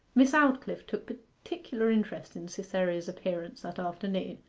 miss aldclyffe took particular interest in cytherea's appearance that afternoon,